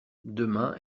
demain